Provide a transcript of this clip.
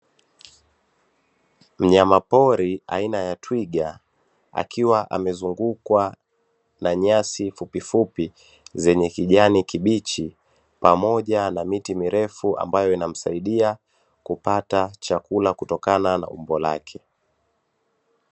Mnyama pori aina ya twiga akiwa amezungukwa na nyasi fupifupi zenye kijani kibichi, pamoja na miti mirefu ambayo inamsaidia kupata chakuka kutokana na umbo lake.